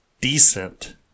decent